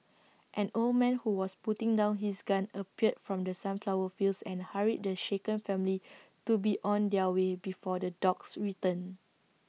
an old man who was putting down his gun appeared from the sunflower fields and hurried the shaken family to be on their way before the dogs return